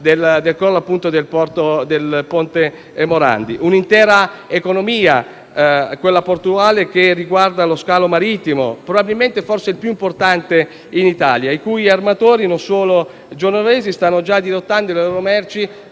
un’intera economia, quella portuale, che riguarda lo scalo marittimo forse più importante in Italia, i cui armatori, non solo genovesi, stanno già dirottando le loro merci